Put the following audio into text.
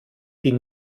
die